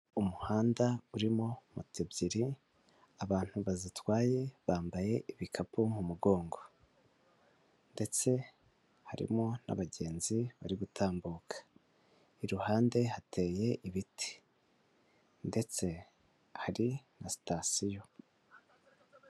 Umuhanda urimo moto ebyiri abantu bazitwaye bambaye ibikapu mu mugongo ndetse harimo n'abagenzi bari gutambuka, iruhande hateye ibiti ndetse hari na sitasiyo.